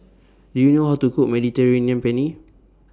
Do YOU know How to Cook Mediterranean Penne